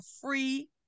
free